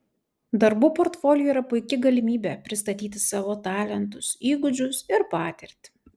darbų portfolio yra puiki galimybė pristatyti savo talentus įgūdžius ir patirtį